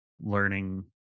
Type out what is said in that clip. learning